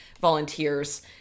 volunteers